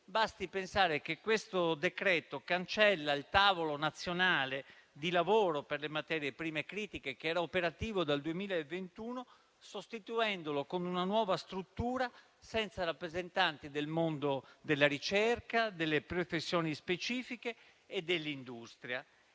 Basti pensare che questo decreto-legge cancella il tavolo nazionale di lavoro per le materie prime critiche, che era operativo dal 2021, sostituendolo con una nuova struttura senza rappresentanti del mondo della ricerca, delle professioni specifiche e dell'industria.